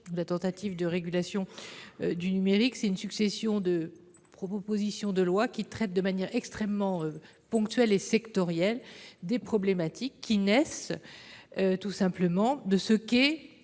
la tentative de régulation du numérique ? Une succession de propositions de loi qui traitent de manière extrêmement ponctuelle et sectorielle des problématiques qui naissent d'un écosystème numérique